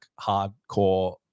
hardcore